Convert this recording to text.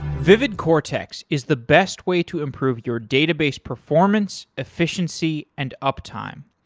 vividcortex is the best way to improve your database performance, efficiency, and uptime.